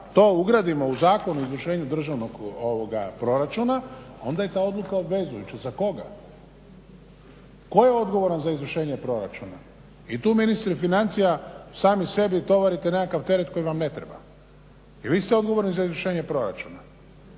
to ugradimo u Zakon o izvršenju državnog proračuna onda je ta odluka obvezujuća. Za koga? Tko je odgovoran za izvršenje proračuna? I tu ministri financija sami sebi tovarite nekakav teret koji vam ne treba. I vi ste odgovorni za izvršenje proračuna.